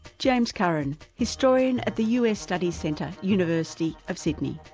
james curran, historian at the us studies centre, university of sydney.